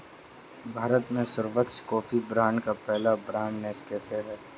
भारत में सर्वश्रेष्ठ कॉफी ब्रांडों का पहला ब्रांड नेस्काफे है